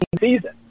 season